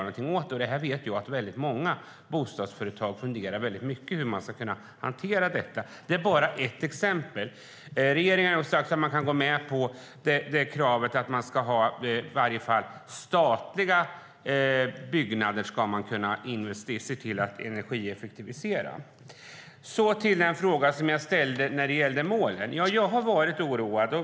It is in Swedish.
Jag vet att väldigt många bostadsföretag funderar väldigt mycket över hur de ska kunna hantera detta. Det är bara ett exempel, och regeringen har sagt att man kan gå med på kravet att i alla fall energieffektivisera statliga byggnader. Så till den fråga som jag ställde om målen.